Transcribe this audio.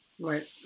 Right